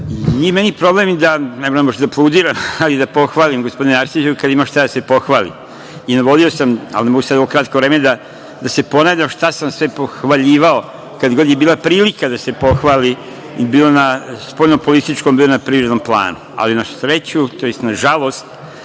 Nije meni problem, ne moram baš da aplaudiram, ali da pohvalim, gospodine Arsiću, kada ima šta da se pohvali. Navodio sam, ali ne mogu sad u ovo kratko vreme da se ponavljam, šta sam sve pohvaljivao kada god je bila prilika da se pohvali bilo na spoljno političkom, bilo na privrednom planu. Ali, na sreću, tj. na žalost,